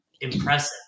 impressive